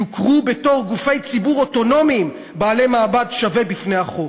יוכרו בתור גופי ציבור אוטונומיים בעלי מעמד שווה בפני החוק,